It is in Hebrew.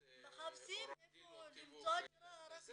עורך דין --- מחפשים איפה למצוא דירה רק לקנות.